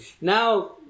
now